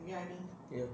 ya